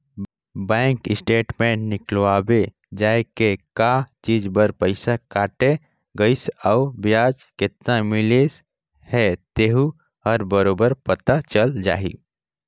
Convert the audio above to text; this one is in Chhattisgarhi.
बेंक स्टेटमेंट निकलवाबे जाये के का चीच बर पइसा कटाय गइसे अउ बियाज केतना मिलिस हे तेहू हर बरोबर पता चल जाही